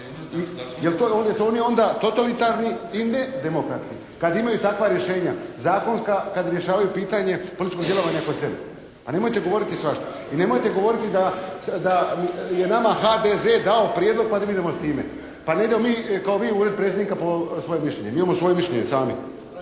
…/Govornik se ne razumije./… demokratski kada imaju takva rješenja zakonska, kad rješavaju pitanje političkog djelovanja kod sebe. Pa nemojte govoriti svašta. I nemojte govoriti da je nama HDZ dao prijedlog pa da mi idemo s time. Pa ne idemo mi kao vi u Ured Predsjednika po svoje mišljenje. Mi imamo svoje mišljenje sami.